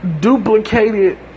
duplicated